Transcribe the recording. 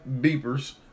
beepers